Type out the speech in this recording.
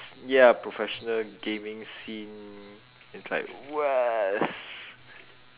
ya professional gaming scene is like what s~